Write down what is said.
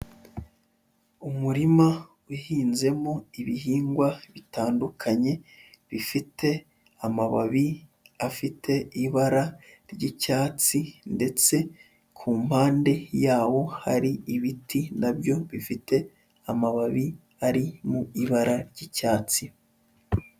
Umurima uhinzemo ibihingwa bitandukanye bifite amababi afite ibara ry'icyatsi, ndetse ku mpande yawo hari ibiti na byo bifite amababi ari mu ibara ry'icyatsi.